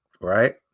right